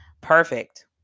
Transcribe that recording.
Perfect